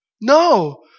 No